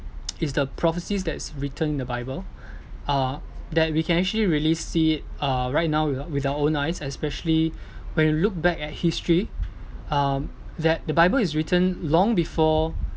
it's the prophecies that's written in the bible uh that we can actually really see it uh right now with with our own eyes especially when you look back at history um that the bible is written long before